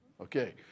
Okay